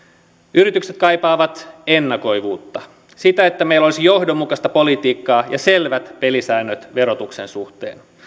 yritykset kaipaavat ennakoivuutta sitä että meillä olisi johdonmukaista politiikkaa ja selvät pelisäännöt verotuksen suhteen sitä